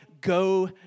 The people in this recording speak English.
go